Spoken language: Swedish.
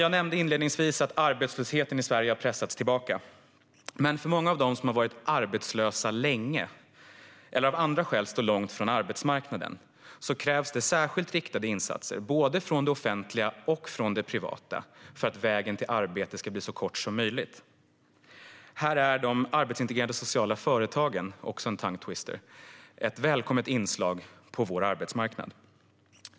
Jag nämnde inledningsvis att arbetslösheten i Sverige har pressats tillbaka. Men för många av dem som varit arbetslösa länge eller som av andra skäl står långt från arbetsmarknaden krävs särskilt riktade insatser både från det offentliga och från det privata för att vägen till arbete ska bli så kort som möjligt. Här är de arbetsintegrerande sociala företagen - också en tongue twister - ett välkommet inslag på vår arbetsmarknad.